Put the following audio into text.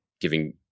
giving